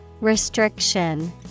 Restriction